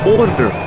order